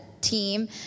team